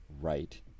right